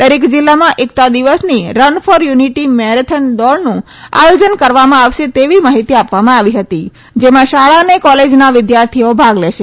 દરેક જિલ્લામાં એકતા દિવસની રન ફોર યુનિટી મેરેથોન દોડનું આયોજન કરવામાં આવશે તેવી માહિતી આપવામાં આવી હતી જેમાં શાળા અને કોલેજના વિદ્યાર્થીઓ ભાગ લેશે